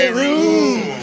room